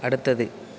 அடுத்தது